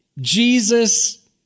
Jesus